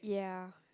yeah